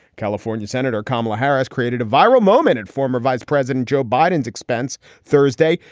california senator kamala harris created a viral moment. and former vice president joe biden's expense thursday,